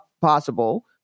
possible